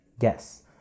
Yes